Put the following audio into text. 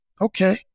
Okay